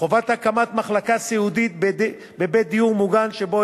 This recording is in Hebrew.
חובת הקמת מחלקה סיעודית בבית דיור מוגן שבו